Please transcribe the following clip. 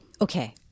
Okay